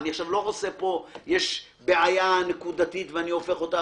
אני אקח את כל הבדיקות שהם עשו ואני אראה לך